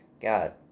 God